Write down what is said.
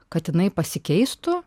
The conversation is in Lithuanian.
kad jinai pasikeistų